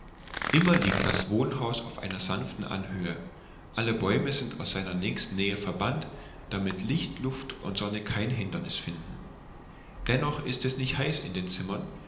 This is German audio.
immer liegt das wohnhaus auf einer sanften anhöhe alle bäume sind aus seiner nächsten nähe verbannt damit licht luft und sonne kein hindernis finden dennoch ist es nicht heiß in den zimmern